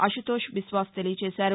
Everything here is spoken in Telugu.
అషుతోష్ బిస్వాస్ తెలియచేశారు